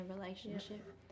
relationship